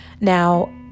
Now